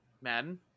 Madden